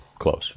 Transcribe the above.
close